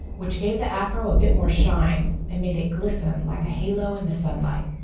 which gave the afro a bit more shine and made it glisten like a halo in the sunlight.